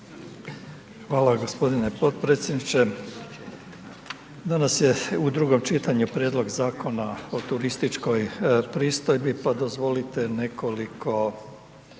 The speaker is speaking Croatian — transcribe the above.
Hvala gospodine potpredsjedniče. Danas je u drugom čitanju Prijedlog zakona o turističkoj pristojbi, pa dozvolite nekoliko